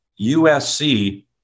USC